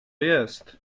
jest